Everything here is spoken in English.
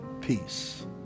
peace